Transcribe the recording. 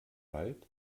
wald